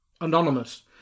anonymous